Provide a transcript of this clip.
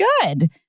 good